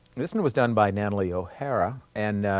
this one was done by natalie o'hara and